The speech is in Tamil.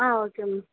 ah okay ma'am